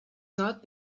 not